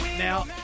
Now